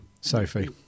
Sophie